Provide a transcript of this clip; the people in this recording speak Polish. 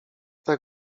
tak